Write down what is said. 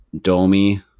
Domi